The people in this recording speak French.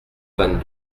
vingt